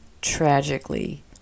tragically